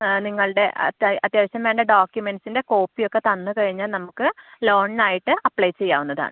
നിങ്ങളുടെ അത്യാവശ്യം വേണ്ട ഡോക്യുമെൻറ്റ്സിൻ്റെ കോപ്പി ഒക്കെ തന്ന് കഴിഞ്ഞാൽ നമുക്ക് ലോണിനായിട്ട് അപ്ലൈ ചെയ്യാവുന്നതാണ്